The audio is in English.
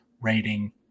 rating